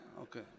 Okay